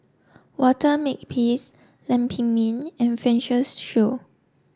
Walter Makepeace Lam Pin Min and Francis Seow